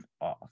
off